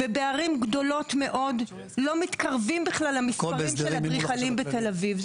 בערים גדולות מאוד לא מתקרבים בכלל למספרים של אדריכלים בתל אביב.